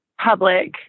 public